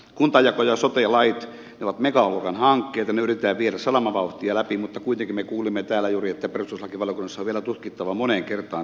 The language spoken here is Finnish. kuntajako ja sote lait ovat megaluokan hankkeita ne yritetään viedä salamavauhtia läpi mutta kuitenkin me kuulimme täällä juuri että perustuslakivaliokunnassa on vielä tutkittava moneen kertaan tämä asia